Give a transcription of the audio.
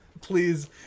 please